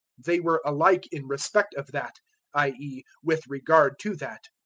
they were alike in respect of that i e, with regard to that.